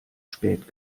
spät